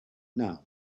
now